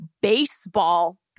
baseball